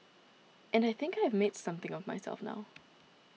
and I think I have made something of myself now